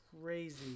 crazy